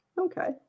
Okay